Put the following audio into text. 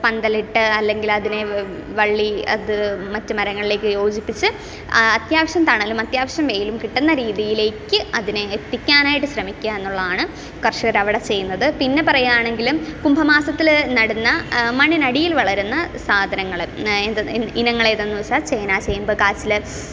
പന്തലിട്ട് അല്ലെങ്കിൽ അതിനെ വള്ളി അത് മറ്റ് മരങ്ങളിലേക്ക് യോജിപ്പിച്ച് അത്യാവശ്യം തണലും അത്യാവശ്യം വെയിലും കിട്ടുന്ന രീതിയിലേക്ക് അതിനെ എത്തിക്കാനായിട്ട് ശ്രമിക്കുക എന്നുള്ളതാണ് കർഷകർ അവിടെ ചെയുന്നത് പിന്നെ പറയാണെങ്കിലും കുംഭ മാസത്തിൽ നടുന്ന മണ്ണിനടിയിൽ വളരുന്ന സാധനങ്ങൾ ഏതെന്ന് ഇനങ്ങൾ ഏതെന്നുവെച്ചാൽ ചേന ചേമ്പ് കാച്ചിൽ